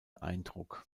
eindruck